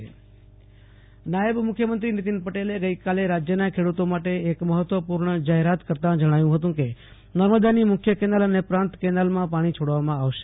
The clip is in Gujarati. આસુતોષ અંતાણી નાયબ મુખ્યમંત્રી સિચાઈ પાણી નાયબ મુખ્યમંત્રી નીતિન પટેલ ગઈકાલે રાજ્યના ખેડૂતો માટે એક મહત્વપૂર્ણ જાહેરાત કરતા જણાવ્યું હતું કે નર્મદાની મુખ્ય કેનાલ અને પ્રાંત કેનાલમાં પાણી છોડવામાં આવશે